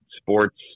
sports